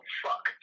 fuck